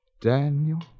Daniel